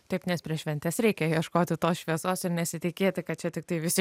taip nes prieš šventes reikia ieškoti tos šviesos ir nesitikėti kad čia tiktai visi